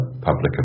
public